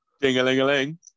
ding-a-ling-a-ling